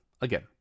again